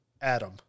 Adam